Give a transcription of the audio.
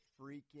freaking